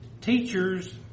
Teachers